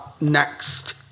next